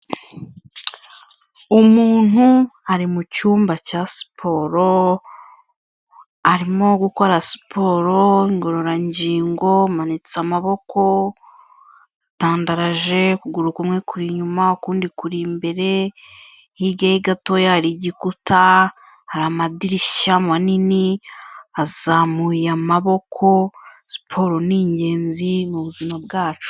Umuntu ari mu cyumba cya siporo, arimo gukora siporo ngororangingo, amanitse amaboko atandaraje, ukuguru kumwe kumwe kuri inyuma ukundi kuri imbere, hirya ye gatoya hari igikuta, hari amadirishya manini, azamuye amaboko, siporo ni ingenzi mu buzima bwacu.